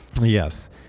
Yes